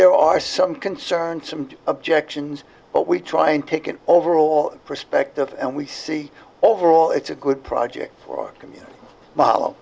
there are some concerns some objections but we try and take an overall perspective and we see overall it's a good project for